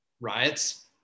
riots